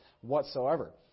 whatsoever